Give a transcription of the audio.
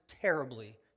terribly